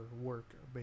work